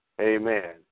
Amen